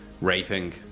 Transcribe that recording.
raping